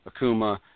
Akuma